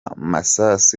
masasu